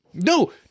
No